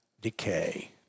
decay